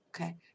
Okay